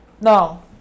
No